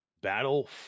battle